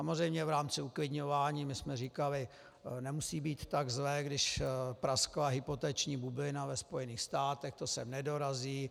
Samozřejmě v rámci uklidňování jsme říkali: Nemusí být tak zle, když praskla hypoteční bublina ve Spojených státech, to sem nedorazí.